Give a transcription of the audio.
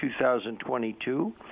2022